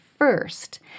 first